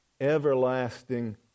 everlasting